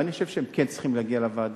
ואני חושב שהם כן צריכים להגיע לוועדה,